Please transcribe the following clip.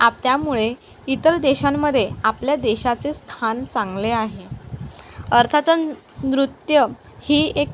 आप त्यामुळे इतर देशांमध्ये आपल्या देशाचे स्थान चांगले आहे अर्थातच नृत्य ही एक